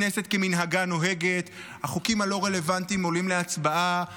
כנסת כמנהגה נוהגת: החוקים הלא-רלוונטיים עולים להצבעה,